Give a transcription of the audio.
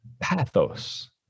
pathos